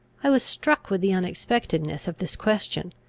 i was struck with the unexpectedness of this question,